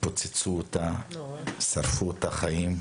פוצצו אותה, שרפו אותה בחיים.